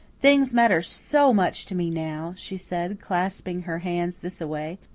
things matter so much to me now she says, clasping her hands thisaway,